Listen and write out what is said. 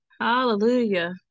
Hallelujah